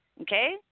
okay